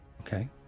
Okay